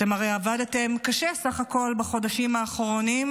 אתם הרי עבדתם קשה סך הכול בחודשים האחרונים,